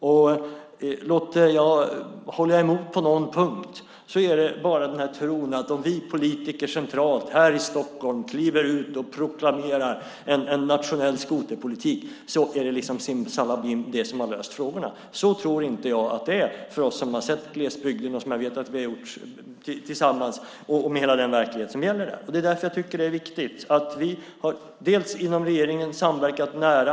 Om jag håller emot på någon punkt beror det bara på den här tron att om vi politiker centralt här i Stockholm kliver ut och proklamerar en nationell skoterpolitik så är det detta som har löst frågorna - simsalabim! Så tror inte jag att det är. Det vet vi som har sett glesbygden med hela den verklighet som gäller där. Det är därför jag tycker att det är viktigt att vi inom regeringen har samverkat nära.